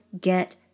get